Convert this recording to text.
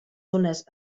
ones